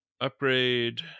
upgrade